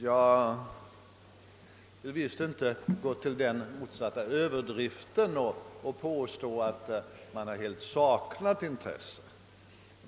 Jag vill inte gå till överdrift och påstå att det intresset helt har saknats.